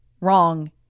wrong